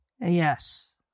Yes